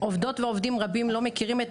עובדות ועובדים רבים לא מכירים את